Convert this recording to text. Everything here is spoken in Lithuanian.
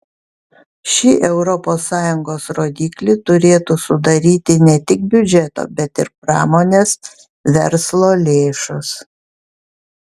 šį europos sąjungos rodiklį turėtų sudaryti ne tik biudžeto bet ir pramonės verslo lėšos